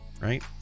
Right